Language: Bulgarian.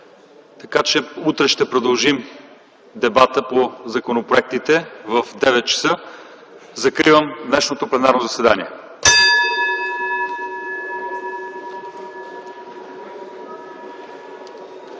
9,00 ч. ще продължим дебата по законопроектите. Закривам днешното пленарно заседание.